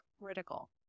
critical